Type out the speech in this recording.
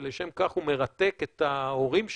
ולשם כך הוא מרתק את ההורים שלו,